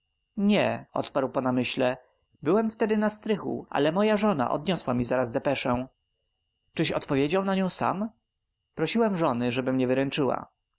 nie odparł po namyśle byłem wtedy na strychu ale moja żona odniosła mi zaraz depeszę czyś odpowiedział na nią sam prosiłem żony żeby mnie wyręczyła